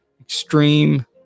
extreme